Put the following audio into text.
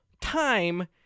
time